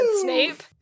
Snape